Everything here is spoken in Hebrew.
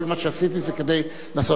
כל מה שעשיתי זה כדי לנסות.